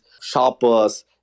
shoppers